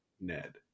Ned